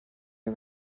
are